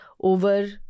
over